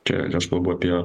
čia ir aš kalbu apie